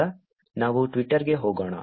ಈಗ ನಾವು Twitter ಗೆ ಹೋಗೋಣ